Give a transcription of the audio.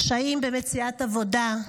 קשיים במציאת עבודה,